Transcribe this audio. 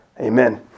Amen